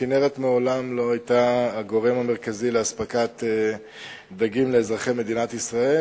הכינרת מעולם לא היתה הגורם המרכזי לאספקת דגים לאזרחי מדינת ישראל,